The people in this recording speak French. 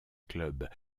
club